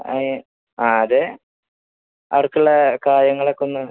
അതെ ആ അതെ അവിടേക്കുള്ള കാര്യങ്ങളൊക്കെ ഒന്ന്